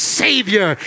savior